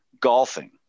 golfing